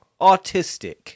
autistic